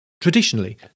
Traditionally